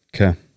Okay